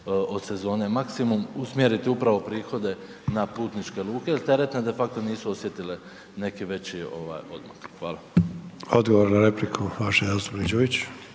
od sezone maksimum, usmjeriti upravo prihode na putničke luke jer teretne de facto nisu osjetile neki veći odmak. Hvala. **Sanader, Ante (HDZ)** Odgovor